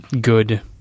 good